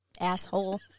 asshole